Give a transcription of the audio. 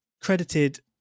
credited